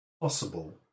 possible